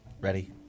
ready